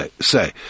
say